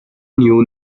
knew